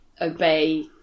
obey